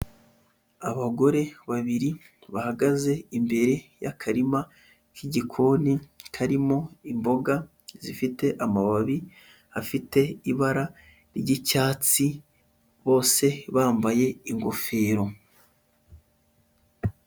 Abagore babiri bahagaze imbere y'akarima k'igikoni karimo imboga zifite amababi afite ibara ry'icyatsi, bose bambaye ingofero.